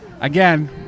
again